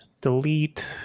delete